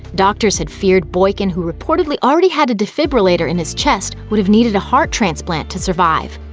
doctors had feared boykin, who reportedly already had a defibrillator in his chest, would have needed a heart transplant to survive.